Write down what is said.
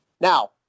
Now